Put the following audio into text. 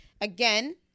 Again